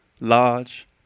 large